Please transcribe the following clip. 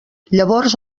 llavors